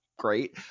great